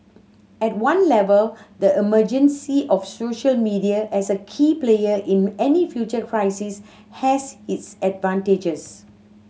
at one level the emergency of social media as a key player in any future crisis has its advantages